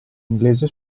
inglese